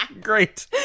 Great